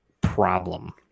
problem